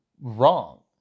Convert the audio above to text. wrong